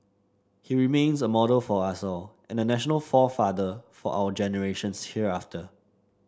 he remains a model for us all and a national forefather for our generations hereafter